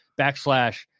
backslash